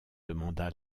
demanda